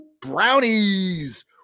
Brownies